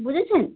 বুঝেছেন